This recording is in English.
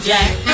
Jack